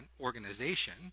organization